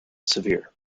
severe